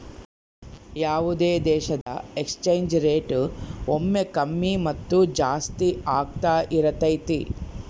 ಯಾವುದೇ ದೇಶದ exchange rate ಒಮ್ಮೆ ಕಮ್ಮಿ ಮತ್ತು ಜಾಸ್ತಿ ಆಗ್ತಾ ಇರತೈತಿ